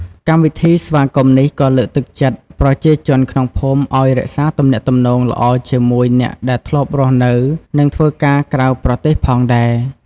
កម្មវិធីស្វាគមន៍នេះក៏លើកទឹកចិត្តប្រជាជនក្នុងភូមិឱ្យរក្សាទំនាក់ទំនងល្អជាមួយអ្នកដែលធ្លាប់រស់នៅ និងធ្វើការក្រៅប្រទេសផងដែរ។